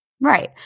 Right